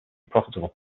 profitable